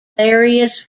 various